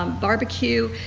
um barbecue.